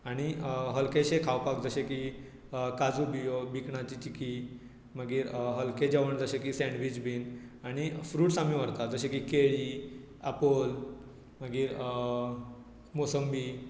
आनी हल्केशें खावपाक जशें की काजू बियो भिकणाची चिकी मागीर हल्कें जेवण जशें की सॅण्डवीच बीन आनी फ्रुट्स आमी व्हरता जशें की केळीं आपोल मागीर मोसंबी